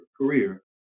career